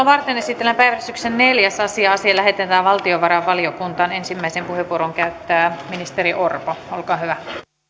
varten esitellään päiväjärjestyksen neljäs asia asia lähetetään valtiovarainvaliokuntaan ensimmäisen puheenvuoron käyttää ministeri orpo olkaa hyvä